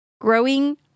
Growing